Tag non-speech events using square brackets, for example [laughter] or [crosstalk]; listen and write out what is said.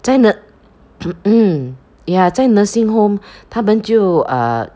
真的 [noise] mm ya 在 nursing home 他们就 err